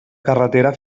carretera